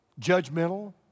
judgmental